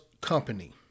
company